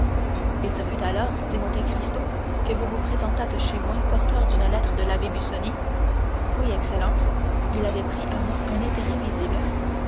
et ce fut alors dit monte cristo que vous vous présentâtes chez moi porteur d'une lettre de l'abbé busoni oui excellence il avait pris à moi un intérêt visible